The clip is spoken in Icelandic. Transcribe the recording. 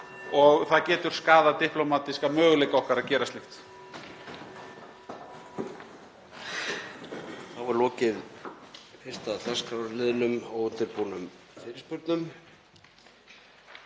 og það getur skaðað diplómatíska möguleika okkar að gera slíkt.